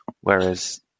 Whereas